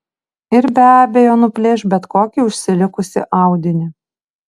ir be abejo nuplėš bet kokį užsilikusį audinį